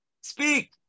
Speak